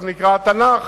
שנקרא התנ"ך,